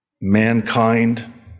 Mankind